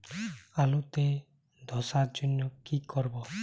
আলুতে ধসার জন্য কি করব?